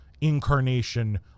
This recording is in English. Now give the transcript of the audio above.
incarnation